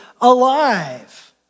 alive